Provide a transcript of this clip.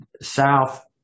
south